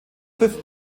pfiff